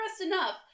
enough